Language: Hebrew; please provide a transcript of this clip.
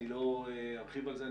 אני לא ארחיב על זה.